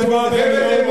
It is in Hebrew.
אתה, אל תגיד לי "חצוף".